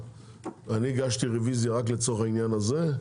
ואני הגשתי רוויזיה רק לצורך העניין הזה.